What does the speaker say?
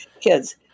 kids